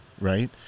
Right